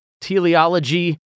Teleology